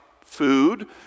food